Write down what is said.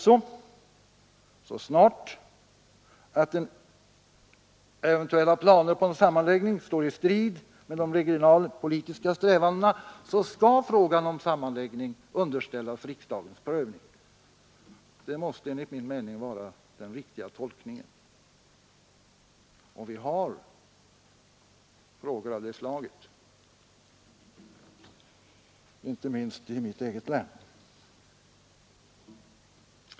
Så snart eventuella planer på en sammanläggning står i strid mot de regionalpolitiska strävandena, skall alltså frågan om sammanläggning underställas riksdagens prövning — det måste enligt min mening vara den riktiga tolkningen. Och vi har frågor av det slaget, inte minst i mitt eget län.